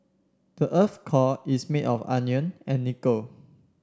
the earth's core is made of iron and nickel